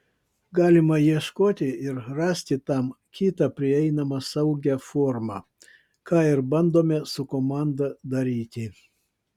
galima ieškoti ir rasti tam kitą prieinamą saugią formą ką ir bandome su komanda daryti